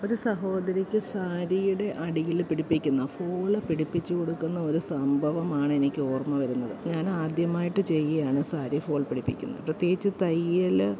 ഒരു സഹോദരിക്ക് സാരിയുടെ അടിയിൽ പിടിപ്പിക്കുന്ന ഫോള് പിടിപ്പിച്ചു കൊടുക്കുന്ന ഒരു സംഭവമാണ് എനിക്ക് ഓർമ വരുന്നത് ഞാൻ ആദ്യമായിട്ട് ചെയ്യുകയാണ് സാരി ഫോൾ പിടിപ്പിക്കുന്നത് പ്രത്യേകിച്ച് തയ്യൽ